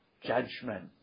judgment